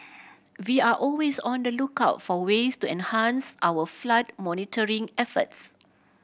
we are always on the lookout for ways to enhance our flood monitoring efforts